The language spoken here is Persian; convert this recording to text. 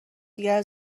دیگر